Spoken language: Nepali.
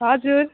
हजुर